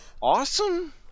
Awesome